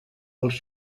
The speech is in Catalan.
als